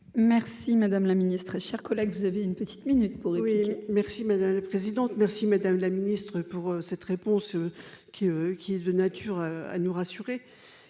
Merci madame la ministre, chers collègues, vous avez une petite minute. Pour oui merci madame la présidente, merci, Madame la Ministre, pour cette réponse qui qui est de nature à nous rassurer